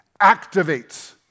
activates